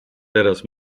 teraz